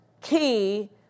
key